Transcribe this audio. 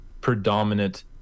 predominant